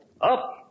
Up